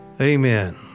Amen